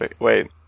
wait